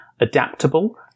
adaptable